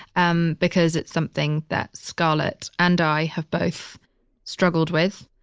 um because it's something that scarlett and i have both struggled with.